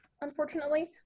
unfortunately